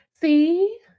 see